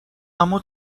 اما